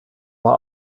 war